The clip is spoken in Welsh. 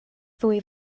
ddwy